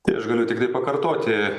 tai aš galiu tiktai pakartoti